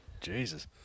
Jesus